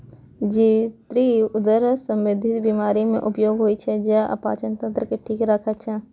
जावित्री उदर संबंधी बीमारी मे उपयोग होइ छै आ पाचन तंत्र के ठीक राखै छै